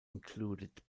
included